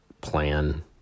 plan